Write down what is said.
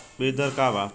बीज दर का वा?